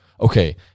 Okay